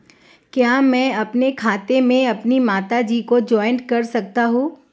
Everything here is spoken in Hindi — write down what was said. क्या मैं अपने खाते में अपनी माता जी को जॉइंट कर सकता हूँ?